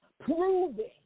proving